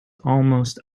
almost